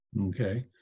Okay